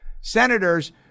senators